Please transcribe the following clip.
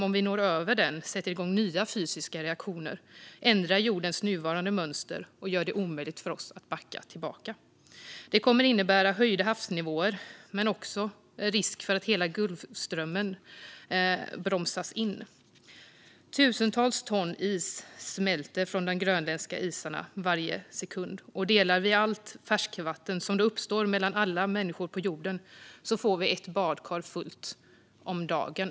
När vi når över en tipping point sätts nya fysiska reaktioner igång. Jordens nuvarande mönster ändras, och det blir omöjligt för oss att backa tillbaka. Det kommer att innebära höjda havsniåver men också risk för att hela Golfströmmen bromsas in. Tusentals ton is smälter från de grönländska isarna varje sekund, och delar vi allt färskvatten som då uppstår mellan alla människor på jorden får vi ett badkar fullt om dagen.